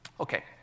Okay